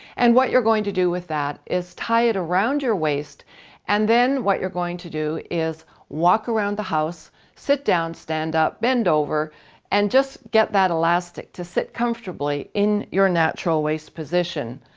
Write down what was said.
and what you're going to do with that is tie it around your waist and then what you're going to do is walk around the house sit down stand up bend over and just get that elastic to sit comfortably in your natural waist position.